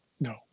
No